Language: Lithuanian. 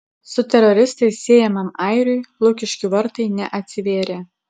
su teroristais siejamam airiui lukiškių vartai neatsivėrė